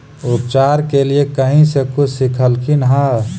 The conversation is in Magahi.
उपचार के लीये कहीं से कुछ सिखलखिन हा?